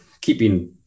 keeping